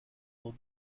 will